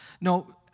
No